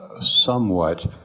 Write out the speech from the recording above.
somewhat